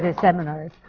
um and seminars,